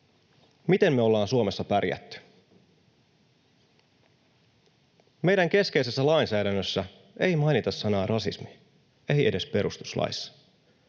Miten me ollaan Suomessa pärjätty? Meidän keskeisessä lainsäädännössä ei mainita sanaa ”rasismi”, ei edes perustuslaissa.